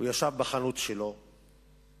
הוא ישב בחנות שלו לתומו,